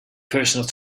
personal